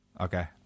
Okay